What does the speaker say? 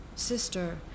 sister